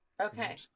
Okay